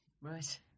Right